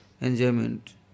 enjoyment